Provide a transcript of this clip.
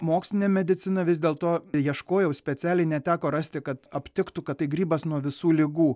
mokslinė medicina vis dėlto ieškojau specialiai neteko rasti kad aptiktų kad tai grybas nuo visų ligų